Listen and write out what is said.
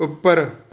ਉੱਪਰ